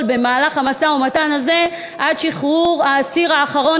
במהלך המשא-ומתן הזה עד שחרור האסיר האחרון,